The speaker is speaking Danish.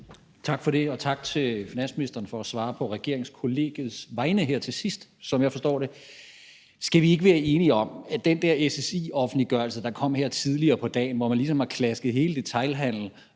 Tak for det, og tak til finansministeren for at svare på regeringskollegiets vegne her til sidst, som jeg forstår det. Skal vi ikke være enige om, at den der SSI-offentliggørelse, der kom her tidligere på dagen, og hvor man ligesom har klasket hele detailhandelen